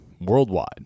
worldwide